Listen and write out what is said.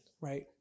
right